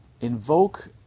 invoke